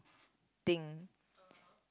thing